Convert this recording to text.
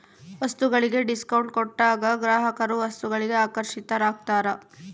ವಸ್ತುಗಳಿಗೆ ಡಿಸ್ಕೌಂಟ್ ಕೊಟ್ಟಾಗ ಗ್ರಾಹಕರು ವಸ್ತುಗಳಿಗೆ ಆಕರ್ಷಿತರಾಗ್ತಾರ